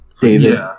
David